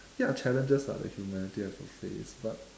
ya challenges lah that humanity has to face but